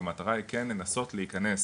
והמטרה היא כן לנסות להיכנס